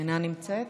אינה נמצאת.